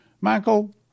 Michael